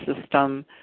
system